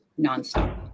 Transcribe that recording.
nonstop